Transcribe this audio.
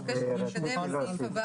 רציתי להוסיף.